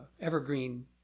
evergreen